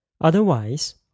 Otherwise